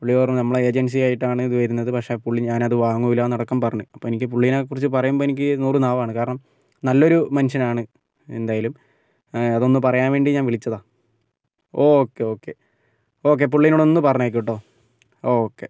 പുള്ളി പറഞ്ഞു നമ്മൾ ഏജൻസി ആയിട്ടാണ് ഇത് വരുന്നത് പക്ഷെ പുള്ളി ഞാൻ അത് വാങ്ങില്ല എന്ന് അടക്കം പറഞ്ഞു അപ്പോൾ എനിക്ക് പുള്ളിയെ കുറിച്ച് പറയുമ്പോൾ എനിക്ക് നൂറ് നാവാണ് കാരണം നല്ലൊരു മനുഷ്യനാണ് എന്തായാലും അത് ഒന്ന് പറയാൻ വേണ്ടി വിളിച്ചതാണ് ഓക്കേ ഓക്കേ ഓക്കേ പുള്ളിനോട് ഒന്ന് പറഞ്ഞേക്ക് കേട്ടോ ഓക്കേ